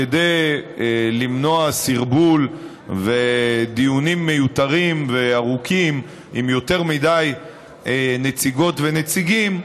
כדי למנוע סרבול ודיונים מיותרים וארוכים עם יותר מדי נציגות ונציגים,